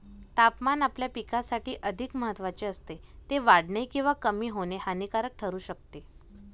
तापमान आपल्या पिकासाठी अधिक महत्त्वाचे असते, ते वाढणे किंवा कमी होणे हानिकारक ठरू शकते